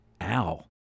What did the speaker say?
Al